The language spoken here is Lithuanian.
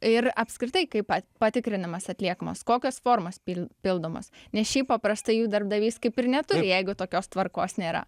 ir apskritai kaip pa patikrinimas atliekamas kokios formos pil pildomos nes šiaip paprastai jų darbdavys kaip ir neturi jeigu tokios tvarkos nėra